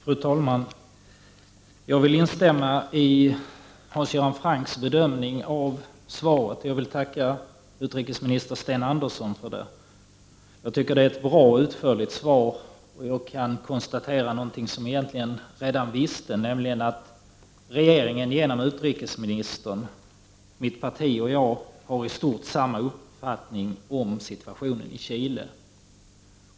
Fru talman! Jag vill instämma i Hans Göran Francks bedömning av svaret, och jag vill tacka utrikesminister Sten Andersson för svaret. Det är ett bra och utförligt svar. Jag kan även konstatera något som vi egentligen redan vet, nämligen att regeringen genom utrikesministern, mitt parti och jag har istort sett samma uppfattning om situationen i Chile.